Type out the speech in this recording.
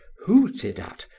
hooted at,